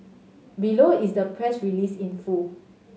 below is the press release in full